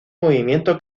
movimiento